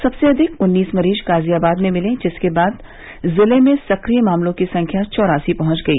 सबसे अधिक उन्नीस मरीज गाजियाबाद में मिले जिसके बाद जिले में सक्रिय मामलों की संख्या चौरासी पहुंच गई